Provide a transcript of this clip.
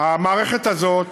המערכת הזאת,